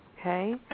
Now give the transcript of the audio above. okay